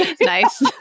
Nice